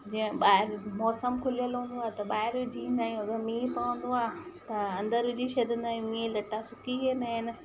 जीअं ॿाहिरि मौसमु खुलियलु हूंदो आहे त ॿाहिरि विझी ईंदा आहियूं अगरि मींहु पवंदो आहे त अंदरि विझी छॾंदा आहियूं ईअं लट्टा सुकी वेंदा आहिनि